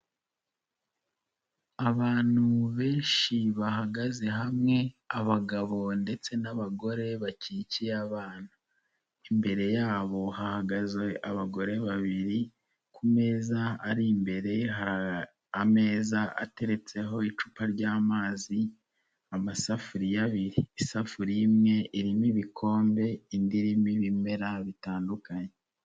Abantu benshi bahagaze hamwe abagabo ndetse n'abagore bakikiye abana, imbere yabo hahagaze abagore babiri, ku meza ari imbere hari ameza ateretseho icupa ry'amazi amasafuriya abiri, isafuriya imwe irimo ibikombe indi irimo ibimera bitandukanye.